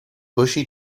bushy